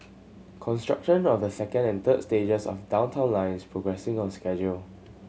construction of the second and third stages of Downtown Line is progressing on schedule